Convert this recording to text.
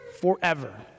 forever